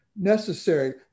necessary